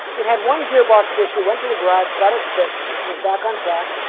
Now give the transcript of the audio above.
it had one gearbox issue, went to the garage, got it fixed, was back on track.